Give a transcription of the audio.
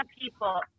people